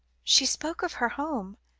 she spoke of her home,